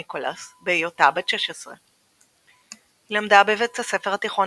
ניקולס בהיותה בת 16. היא למדה בבית הספר התיכון